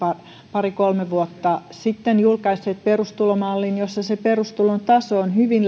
pari kolme vuotta sitten julkaisseet perustulomallin jossa se perustulon taso on hyvin